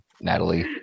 Natalie